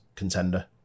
contender